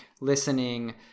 listening